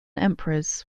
emperors